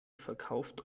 verkauft